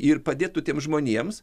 ir padėtų tiems žmonėms